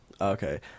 Okay